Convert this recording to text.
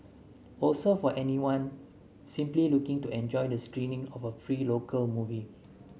also for anyone simply looking to enjoy the screening of a free local movie